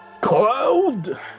Cloud